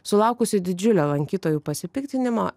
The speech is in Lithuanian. sulaukusi didžiulio lankytojų pasipiktinimo